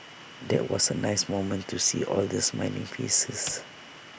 that was A nice moment to see all the smiling faces